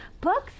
books